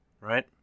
right